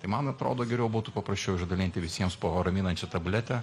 tai man atrodo geriau būtų paprasčiau išdalinti visiems po raminančią tabletę